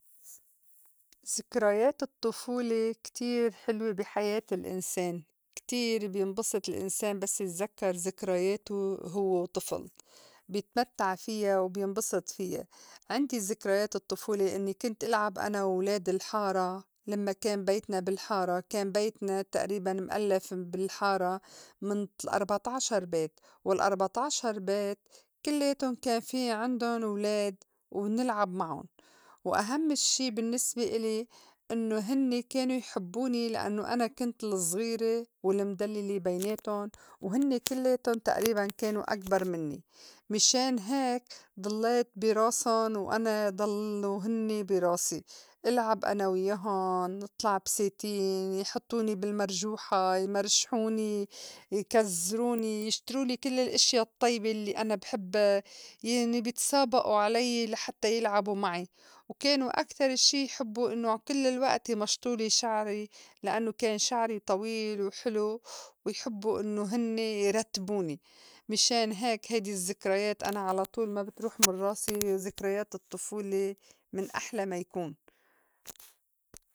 سكريات الطّفولة كتير حِلوة بي حياة الإنسان كتير بينبسط الإنسان بس يتزكّر زكرياتو هوّ وطفُل بيتمتّع فيا وبينبسط فيا عندي زِكريات الطّفولة إنّي كنت إلعب أنا وولاد الحارة لمّا كان بيتنا بالحارة كان بيتنا تئريباً مألّف بالحارة من تل أربع طاعشر بيت والأربع طاعشر بيت كلّياتُن كان في عِندُن ولاد ونلعب مَعُن وأهمّ اشّي بالنّسبة إلي إنّو هنّي كانو يحبّوني لإنّو أنا كنت الزغيرة والمدلّلة بيناتن، وهنّي كلُّايتُن تئريباً كانو أكبر منّي مِشان هيك ضلّيت بي راسُن وأنا ضلّو هنّي بي راسي إلعب أنا ويّاهُن، نِطْلع بساتين، يحطّوني بالمرجوحة يمرجحوني، يكزدروني، يشترولي كل الإشيا الطّيبة الّي أنا بحِبّا، يعني بيتسابئو عليّ لحتّى يلعبو معي. وكانو أكتر شي يحبّو إنّو كل الوئت يمشطولي شعري لإنّو كان شعري طويل وحلو ويحبّو إنّو هنّي يرتبوني، مِشان هيك هيدي الزّكريات أنا علطول ما بتروح من راسي زكريات الطّفولة من أحلى ما يكون.